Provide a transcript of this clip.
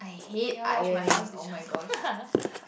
can you wash my house dishes